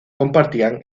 compartían